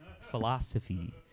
philosophy